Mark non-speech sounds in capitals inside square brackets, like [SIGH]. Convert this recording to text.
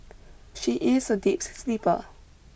she is a deep [UNINTELLIGIBLE] sleeper